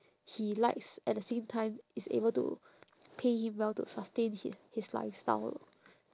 he likes at the same time it's able to pay him well to sustain his his lifestyle